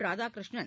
Radhakrishnan